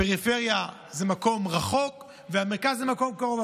הפריפריה היא מקום רחוק והמרכז הוא מקום קרוב.